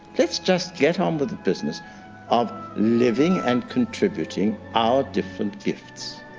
let's just get on with the business of living and contributing our different gifts.